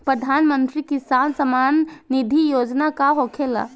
प्रधानमंत्री किसान सम्मान निधि योजना का होखेला?